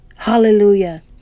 Hallelujah